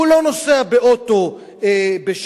הוא לא נוסע באוטו בשבת,